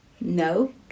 No